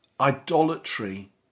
Idolatry